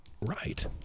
right